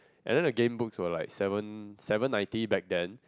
and then the game books were like seven seven ninety back then